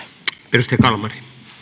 arvoisa herra